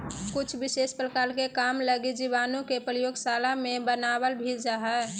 कुछ विशेष प्रकार के काम लगी जीवाणु के प्रयोगशाला मे बनावल भी जा हय